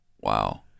Wow